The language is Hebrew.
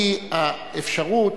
היא האפשרות,